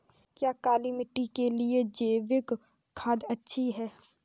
क्या काली मिट्टी के लिए जैविक खाद अच्छी है?